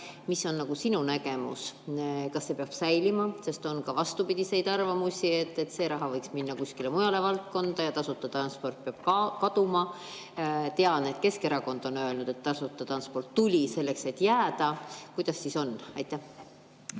Mis on sinu nägemus? Kas see peab säilima? Sest on ka vastupidiseid arvamusi, et see raha võiks minna kuskile mujale valdkonda ja tasuta transport peab kaduma. Tean, et Keskerakond on öelnud, et tasuta transport tuli selleks, et jääda. Kuidas siis on? Suur